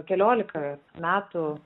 keliolika metų